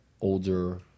older